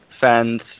fans